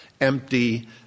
empty